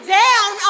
down